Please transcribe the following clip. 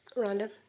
rhonda